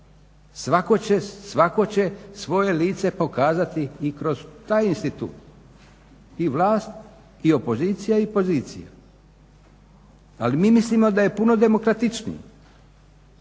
svatko će svoje lice pokazati i kroz taj institut i vlast i opozicija i pozicija. Ali mi mislimo da je puno demokratičnije